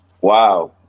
wow